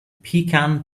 pecan